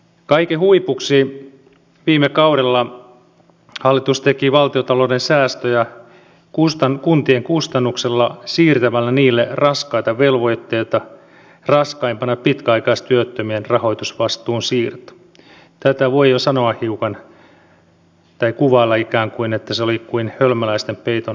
kaiken huipuksi viime kaudella hallitus teki valtiontalouden säästöjä kuntien kustannuksella siirtämällä niille raskaita velvoitteita raskaimpana oli pitkäaikaistyöttömien rahoitusvastuun siirto tätä voi jo kuvailla että se oli kuin hölmöläisten peiton jatkamista